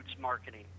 marketing